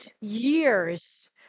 years